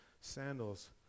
sandals